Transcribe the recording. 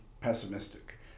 pessimistic